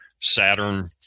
Saturn